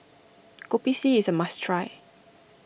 Kopi C is a must try